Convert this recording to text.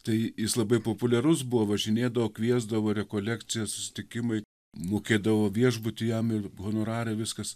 tai jis labai populiarus buvo važinėdavo kviesdavo rekolekcijas susitikimai mokėdavo viešbutį jam ir honorarą viskas